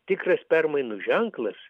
tikras permainų ženklas